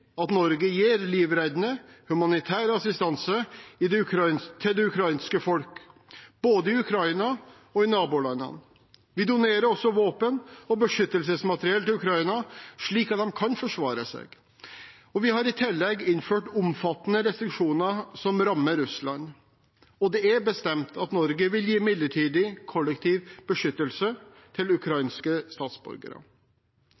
at Norge gir livreddende humanitær assistanse til det ukrainske folk, både i Ukraina og i nabolandene. Vi donerer også våpen og beskyttelsesmateriell til Ukraina, slik at de kan forsvare seg, og vi har i tillegg innført omfattende restriksjoner som rammer Russland, og det er bestemt at Norge vil gi midlertidig kollektiv beskyttelse til